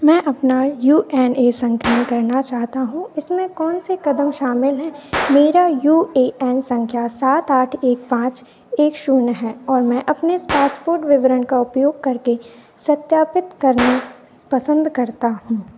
मैं अपना U A N सक्रियन करना चाहता हूँ इसमें कौन से कदम शामिल हैं मेरा यू ए एन संख्या सात आठ एक पांच एक शून्य है और मैं अपने पासपोर्ट विवरण का उपयोग करके सत्यापित करने पसंद करता हूं